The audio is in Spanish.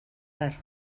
dar